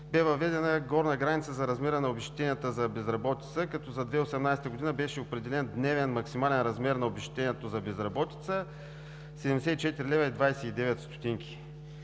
е въведена горна граница за размера на обезщетенията за безработица. За 2018 г. беше определен дневен максимален размер на обезщетението за безработица – 74,29 лв.